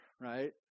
right